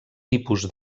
tipus